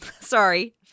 sorry